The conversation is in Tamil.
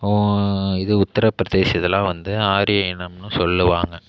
இது உத்திரபிரதேஷ் இதெல்லாம் வந்து ஆரிய இனம்னு சொல்லுவாங்க